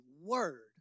word